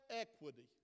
equity